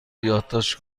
یادداشت